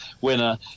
winner